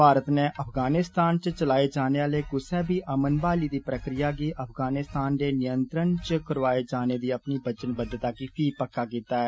भारत नै अफगानिस्तान च चलाए जाने आले कुसै बी अमन ब्हाली दी प्रक्रिया गी अफगानिस्तान दे नियंत्रण च करोआए जाने दी अपनी वचनबद्दता गी पक्क कीता ऐ